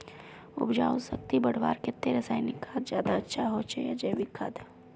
उपजाऊ शक्ति बढ़वार केते रासायनिक खाद ज्यादा अच्छा होचे या जैविक खाद?